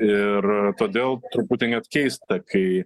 ir todėl truputį net keista kai